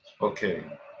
okay